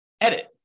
edit